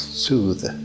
soothe